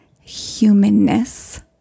humanness